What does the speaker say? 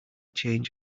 change